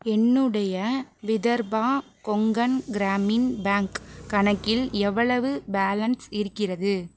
என்னுடைய விதர்பா கொங்கன் கிராமின் பேங்க் கணக்கில் எவ்வளவு பேலன்ஸ் இருக்கிறது